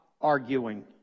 arguing